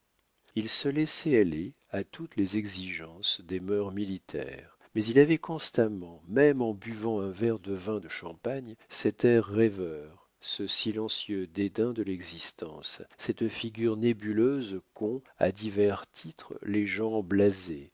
il se laissait aller à toutes les exigences des mœurs militaires mais il avait constamment même en buvant un verre de vin de champagne cet air rêveur ce silencieux dédain de l'existence cette figure nébuleuse qu'ont à divers titres les gens blasés